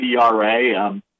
ERA